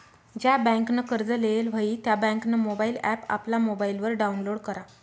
ज्या बँकनं कर्ज लेयेल व्हयी त्या बँकनं मोबाईल ॲप आपला मोबाईलवर डाऊनलोड करा